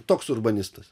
toks urbanistas